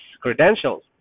credentials